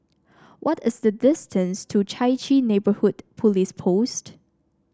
what is the distance to Chai Chee Neighbourhood Police Post